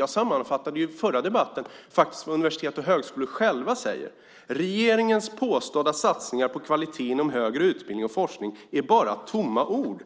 Jag sammanfattade i den förra debatten faktiskt vad universitet och högskolor själva säger. Christoph Bargholtz, ordförande för Sveriges Universitetslärarförbund säger: "Regeringens påstådda satsningar på kvalitet inom högre utbildning och forskning är bara tomma ord."